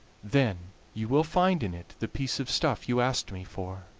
then you will find in it the piece of stuff you asked me for.